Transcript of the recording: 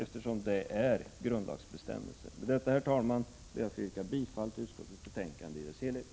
Med detta, herr talman, ber jag att få yrka bifall till utskottets hemställan i dess helhet.